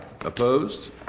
Opposed